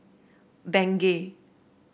bengay